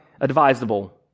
advisable